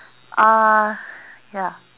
uh ya